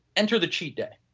enter the cheat day,